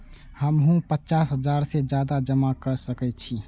हमू पचास हजार से ज्यादा जमा कर सके छी?